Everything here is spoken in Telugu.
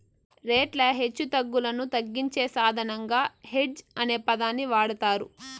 రేట్ల హెచ్చుతగ్గులను తగ్గించే సాధనంగా హెడ్జ్ అనే పదాన్ని వాడతారు